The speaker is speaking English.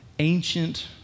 ancient